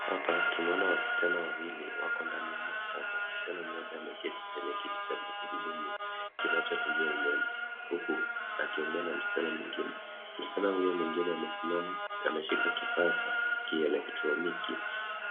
Hapa tunaona wasichana wawili wako ndani ya maktaba. Msichana mmoja ameketi kwenye kiti cha magurudumu kinachotumia umeme, huku akiongea na msichana mwingine. Msichana huyo mwingine amesimama, ameshika kifaa cha kieletroniki